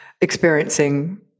experiencing